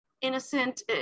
innocent